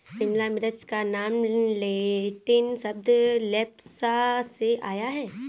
शिमला मिर्च का नाम लैटिन शब्द लेप्सा से आया है